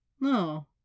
No